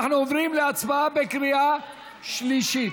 אנחנו עוברים להצבעה בקריאה שלישית.